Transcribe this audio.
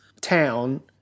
town